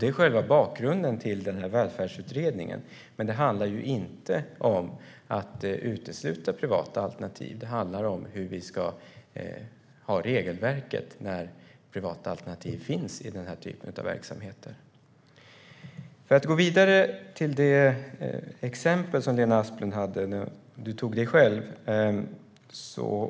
Det är själva bakgrunden till denna välfärdsutredning. Men det handlar inte om att utesluta privata alternativ. Det handlar om hur vi ska ha regelverket när privata alternativ finns i denna typ av verksamheter. Jag ska gå vidare till det exempel som Lena Asplund tog upp och som gällde henne själv.